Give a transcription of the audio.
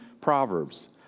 proverbs